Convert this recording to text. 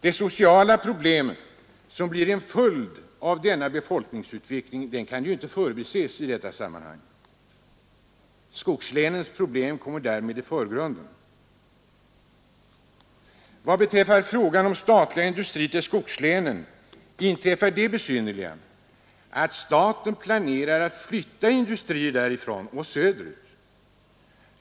De sociala problem som blir en följd av denna befolkningsutveckling kan inte förbises i detta sammanhang. Skogslänens problem kommer härmed i förgrunden. Vad beträffar frågan om statliga industrier till skogslänen inträffar det besynnerliga att staten planerar att flytta industrier därifrån och söderut.